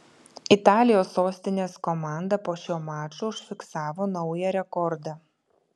italijos sostinės komanda po šio mačo užfiksavo naują rekordą